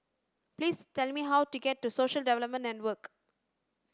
please tell me how to get to Social Development Network